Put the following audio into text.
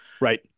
Right